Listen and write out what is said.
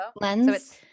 lens